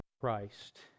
Christ